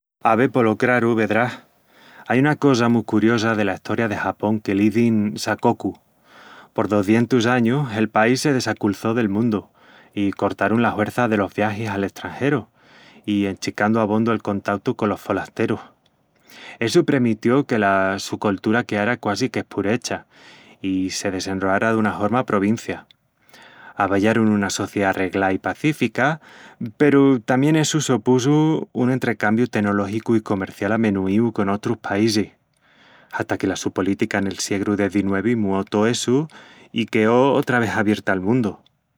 Ave... polo craru... vedrás, ai una cosa mu curiosa dela Estoria de Japón, que l'izin "sakoku". Por dozientus añus, el país se desaculçó del mundu i cortarun la huerça delos viagis al estrangeru i enchicandu abondu el contautu colos folasterus... Essu premitió que la su coltura queara quasi que espurecha i se desenroara duna horma provincia. Avallarun una sociedá reglá i pacífica, peru tamién essu sopusu un entrecambiu tenológicu i comercial amenuíu con otrus paísis, hata que la su política nel siegru XIX (dezinuevi) muó tó essu i queó otra vés abierta al mundu.